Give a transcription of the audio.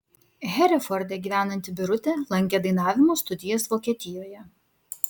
hereforde gyvenanti birutė lankė dainavimo studijas vokietijoje